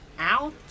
out